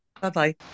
Bye-bye